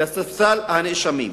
לספסל הנאשמים.